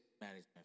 management